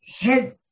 head